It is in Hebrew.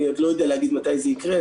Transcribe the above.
אני עוד לא יודע להגיד מתי זה יקרה.